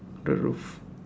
the roof